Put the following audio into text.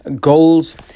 goals